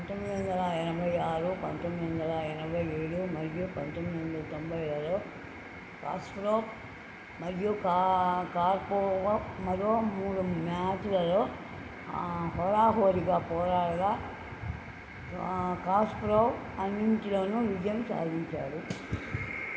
పంతొమ్మిది వందల ఎనబై ఆరు పంతొమ్మిది వందల ఎనబై ఏడు మరియు పంతొమ్మిది వందల తొంబైలలో కాస్ప్రో మరియు మరో మూడు మ్యాచ్లలో హోరాహోరీగా పోరాడగా కాస్ప్రో అన్నింటిలోనూ విజయం సాధించారు